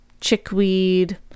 chickweed